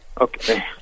Okay